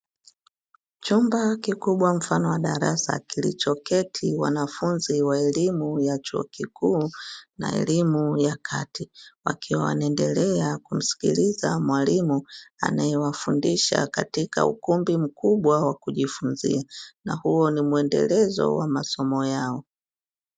Chumba kikubwa mfano wa darasa kilicho keti wanafunzi wa elimu ya chuo kikuu na elimu ya kati, wakiwa wanaendelea kumsikiliza mwalimu anayewafundisha katika ukumbi mkubwa wa kujifunzia, na huo ni mwendelezo wa masomo yao.